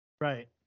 Right